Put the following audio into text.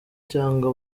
cyangwa